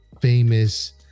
famous